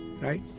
right